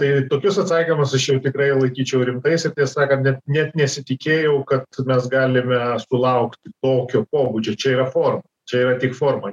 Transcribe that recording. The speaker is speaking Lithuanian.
tai tokius atsakymus aš jau tikrai laikyčiau rimtais ir tiesą sakant net nesitikėjau kad mes galime sulaukti tokio pobūdžio čia yra forma čia yra tik forma